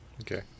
Okay